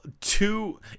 two